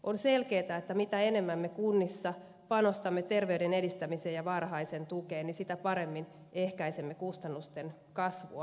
on selkeätä että mitä enemmän me kunnissa panostamme terveyden edistämiseen ja varhaiseen tukeen sitä paremmin ehkäisemme kustannusten kasvua